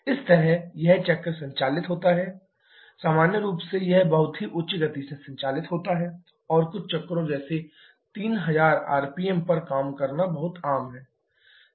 इस तरह यह चक्र संचालित होता रहता हैसामान्य रूप से यह बहुत ही उच्च गति से संचालित होता है और कुछ चक्रों जैसे 3000 आरपीएम पर काम करना बहुत आम है